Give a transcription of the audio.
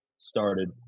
started